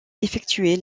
effectuer